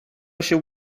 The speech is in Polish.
się